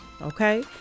okay